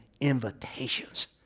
invitations